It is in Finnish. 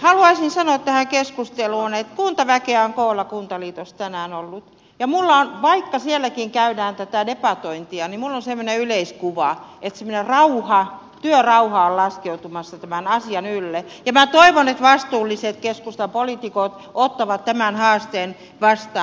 haluaisin sanoa tähän keskusteluun että kuntaväkeä on koolla kuntaliitossa tänään ollut ja minulla on vaikka sielläkin käydään tätä debatointia semmoinen yleiskuva että semmoinen rauha työrauha on laskeutumassa tämän asian ylle ja minä toivon että vastuulliset keskustan poliitikot ottavat tämän haasteen vastaan